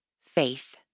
faith